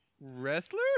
Wrestler